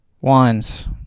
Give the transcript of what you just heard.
wands